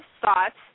thoughts